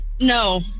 no